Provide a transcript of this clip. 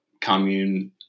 commune